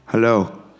Hello